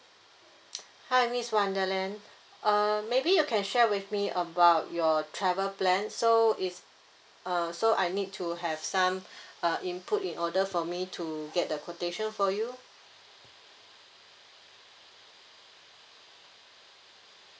hi miss wonderland uh maybe you can share with me about your travel plan so is uh so I need to have some uh input in order for me to get the quotation for you